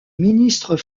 ministres